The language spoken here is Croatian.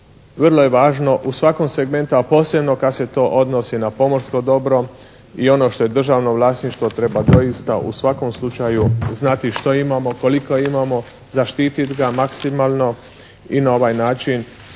vrlo je važno u svakom segmentu, a posebno kad se to odnosi na pomorsko dobro i ono što je državno vlasništvo treba doista u svakom slučaju znati što imamo, koliko imamo, zaštititi ga maksimalno i na ovaj način